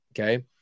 Okay